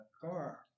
car